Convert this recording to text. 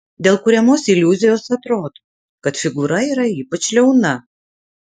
dėl kuriamos iliuzijos atrodo kad figūra yra ypač liauna